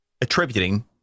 attributing